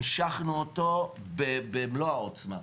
המשכנו אותו במלוא העוצמה,